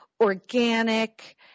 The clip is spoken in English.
organic